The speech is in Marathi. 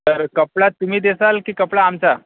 तर कपडा तुम्ही देचाल की कपडा आमचा